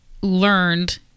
learned